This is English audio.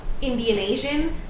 Indian-Asian